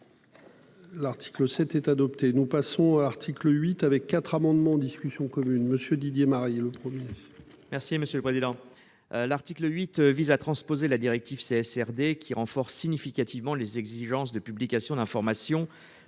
L'article 7 est adopté. Nous passons à l'article 8 avec 4 amendements en discussion commune. Monsieur Didier Marie le premier. Merci monsieur le président. L'article 8 vise à transposer la directive c'est SRD qui renforce significativement les exigences de publication d'informations